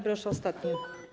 Proszę, ostatnie.